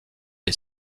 des